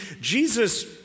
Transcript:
Jesus